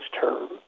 term